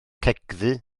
cegddu